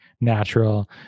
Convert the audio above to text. natural